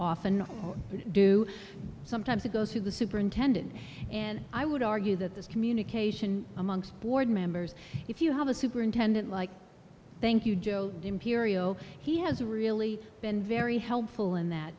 often do sometimes it goes to the superintendent and i would argue that this communication amongst board members if you have a superintendent like thank you joe he has really been very helpful in that